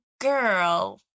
girl